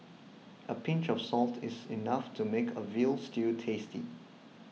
a pinch of salt is enough to make a Veal Stew tasty